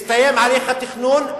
הסתיים הליך התכנון,